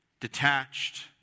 detached